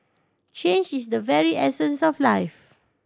change is the very essence of life